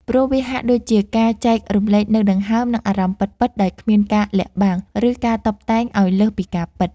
ព្រោះវាហាក់ដូចជាការចែករំលែកនូវដង្ហើម និងអារម្មណ៍ពិតៗដោយគ្មានការលាក់បាំង ឬការតុបតែងឱ្យលើសពីការពិត។